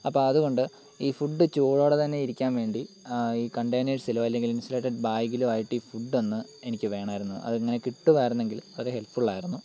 അപ്പം അതുകൊണ്ട് ഈ ഫുഡ് ചൂടോടെ തന്നെ ഇരിക്കാൻ വേണ്ടി ഈ കണ്ടെയ്നർസിലോ അല്ലെങ്കിൽ ഇൻസുലേറ്റഡ് ബാഗിലോ ആയിട്ട് ഈ ഫുഡൊന്ന് എനിക്ക് വേണമായിരുന്നു അതങ്ങനെ കിട്ടുമായിരുന്നെങ്കിൽ അത് ഹെല്പ്ഫുൾ ആയിരുന്നു